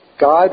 God